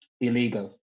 illegal